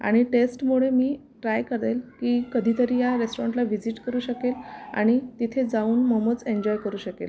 आणि टेस्टमुळे मी ट्राय करेल की कधीतरी या रेस्टाॅरंटला व्हिजिट करू शकेल आणि तिथे जाऊन मोमोज एन्जॉय करू शकेल